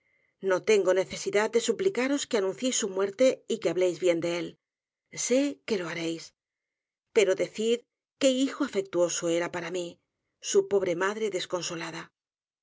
no tengo necesidad de suplicaros que anunciéis su muerte y que habléis bien de él sé que lo haréis pero decid qué hijo afec tuoso era para mí su pobre madre desconsolada